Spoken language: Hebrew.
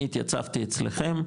אני התייצבתי אצלכם,